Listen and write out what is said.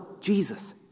Jesus